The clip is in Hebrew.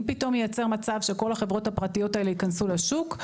אם פתאום ייווצר מצב שכל החברות הפרטיות האלה ייכנסו לשוק,